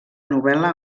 novel·la